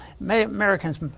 Americans